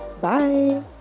Bye